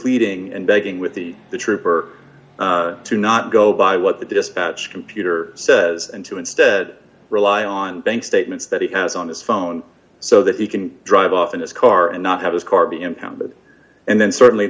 pleading and begging with the the trooper to not go by what the dispatch computer says and to instead rely on bank statements that he has on his phone so that he can drive off in his car and not have his car be impounded and then certainly